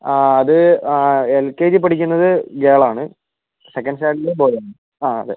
ആ അത് ആ എൽ കെ ജിയിൽ പഠിക്കുന്നത് ഗേൾ ആണ് സെക്കന്റ് സ്റ്റാൻഡേർഡിൽ ബോയ് ആണ് ആ അതെ